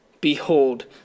Behold